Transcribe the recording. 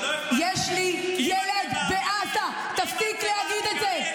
לא אכפת לכם.